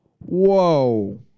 Whoa